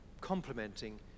complementing